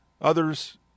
others